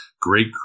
great